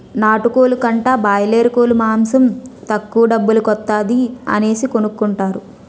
నాటుకోలు కంటా బాయలేరుకోలు మాసం తక్కువ డబ్బుల కొత్తాది అనేసి కొనుకుంటారు